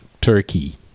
Turkey